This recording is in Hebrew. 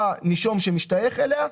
אתה נישום שמשתייך אליה,